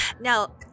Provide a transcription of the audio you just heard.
Now